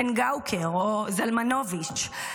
צנגאוקר או זלמנוביץ',